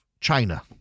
China